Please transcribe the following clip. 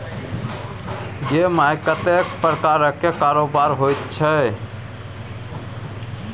गै माय कतेक प्रकारक कारोबार होइत छै